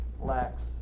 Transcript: lacks